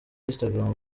instagram